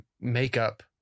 makeup